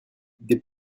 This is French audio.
des